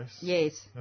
Yes